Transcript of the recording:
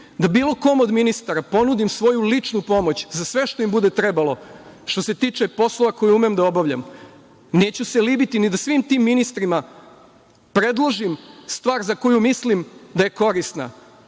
da bilo kom od ministara ponudim svoju ličnu pomoć za sve što im bude trebalo što se tiče poslova koje umem da obavljam. Neću se libiti ni da svim tim ministrima predložim stvar za koju mislim da je korisna,